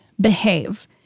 behave